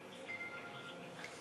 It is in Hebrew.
ההצעה להעביר את